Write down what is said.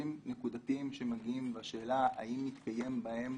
אירועים נקודתיים שנוגעים בשאלה האם התקיימה בהם